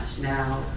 now